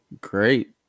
great